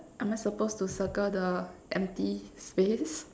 am I supposed to circle the empty space